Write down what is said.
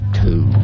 two